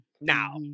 now